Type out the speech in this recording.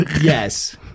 yes